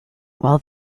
while